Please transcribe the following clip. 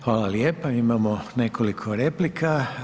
Hvala lijepa, imamo nekoliko replika.